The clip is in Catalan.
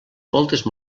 moltes